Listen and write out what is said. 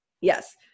Yes